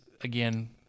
again